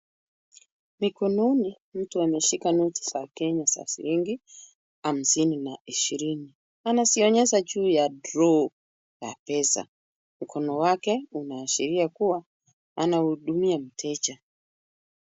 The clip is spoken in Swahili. Mikononi, mtu ameshika noti za Kenya za shilingi hamsini na shilingi ishirini. Anazionyesha juu ya draw ya pesa. Mkono wake unaashiria kuwa anahudumia mteja.